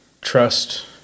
Trust